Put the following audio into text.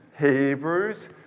Hebrews